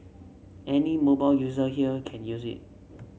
any mobile user here can use it